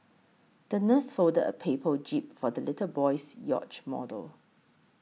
the nurse folded a paper jib for the little boy's yacht model